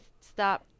stop